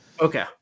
Okay